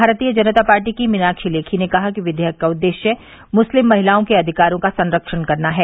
भारतीय जनता पार्टी की मीनाक्षी लेखी ने कहा कि विधेयक का उद्देश्य मुस्लिम महिलाओं के अधिकारों का संरक्षण करना है